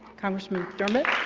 congressman mcdermott?